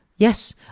Yes